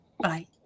Bye